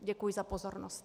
Děkuji za pozornost.